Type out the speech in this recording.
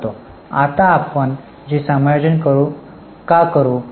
आता आपण ते समायोजन का करू